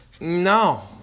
No